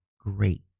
great